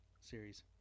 series